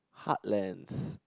hard lanes